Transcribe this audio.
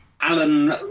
Alan